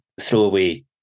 throwaway